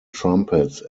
trumpets